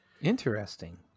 Interesting